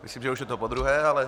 Myslím, že už je to podruhé, ale...